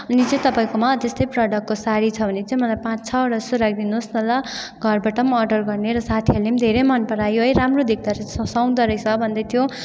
अनि चाहिँ तपाईँकोमा त्यस्तै प्रडक्टको सारी छ भने चाहिँ मलाई पाँच छवटा जस्तो राखिदिनुहोस् न ल घरबाट पनि अर्डर गर्ने र साथीहरूले पनि धेरै मन परायो है राम्रो देख्डो रहेछ सुहाउँदो रहेछ भन्दैथ्यो